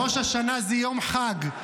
ראש השנה זה יום חג.